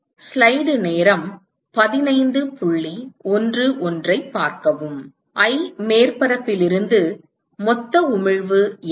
i மேற்பரப்பில் இருந்து மொத்த உமிழ்வு என்ன